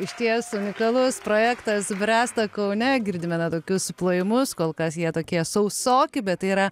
išties unikalus projektas bręsta kaune girdime na tokius plojimus kol kas jie tokie sausoki bet tai yra